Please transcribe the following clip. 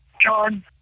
John